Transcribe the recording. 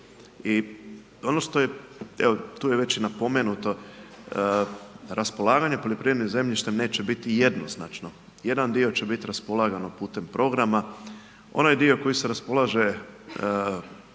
i ono što je tu je već i napomenuto, raspolaganje poljoprivrednim zemljištem neće biti jednoznačno. Jedan dio će biti raspolagano putem programa. Onaj dio koji se raspolaže